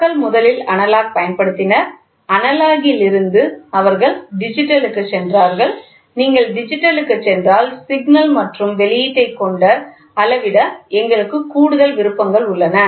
மக்கள் முதலில் அனலாக் பயன்படுத்தினர் அனலாக்ஸிலிருந்து அவர்கள் டிஜிட்டலுக்குச் சென்றார்கள் நீங்கள் டிஜிட்டலுக்குச் சென்றால் சிக்னல் மற்றும் வெளியீட்டைக் கொண்டு அளவிட எங்களுக்கு கூடுதல் விருப்பங்கள் உள்ளன